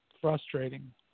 Frustrating